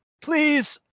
please